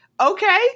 Okay